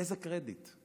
איזה קרדיט?